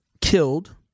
killed